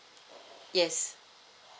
yes